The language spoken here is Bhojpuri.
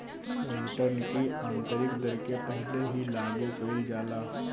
रिटर्न की आतंरिक दर के पहिले ही लागू कईल जाला